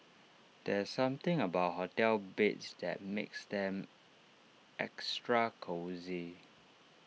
there's something about hotel beds that makes them extra cosy